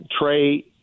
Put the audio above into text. Trey